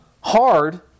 hard